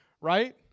Right